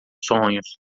sonhos